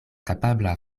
kapabla